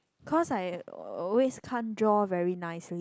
cause I always can't draw very nicely